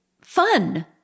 fun